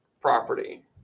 property